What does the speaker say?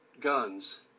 guns